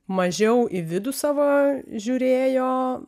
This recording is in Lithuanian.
mažiau į vidų savo žiūrėjo